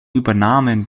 übernahmen